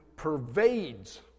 pervades